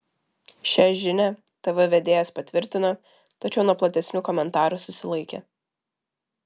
šią žinią tv vedėjas patvirtino tačiau nuo platesnių komentarų susilaikė